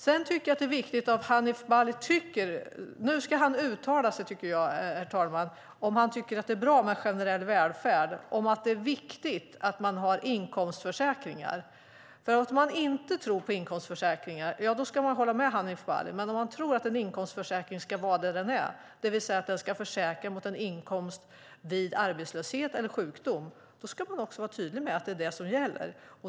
Sedan tycker jag att det är viktigt att veta vad Hanif Bali tycker. Nu ska han uttala sig, tycker jag, herr talman, om han tycker att det är bra med generell välfärd och viktigt att man har inkomstförsäkringar. Om man inte tror på inkomstförsäkringar ska man hålla med Hanif Bali. Men om man tror att en inkomstförsäkring ska vara det den är, det vill säga att den ska försäkra inkomst vid arbetslöshet eller sjukdom, ska man också vara tydlig med att det är det som gäller.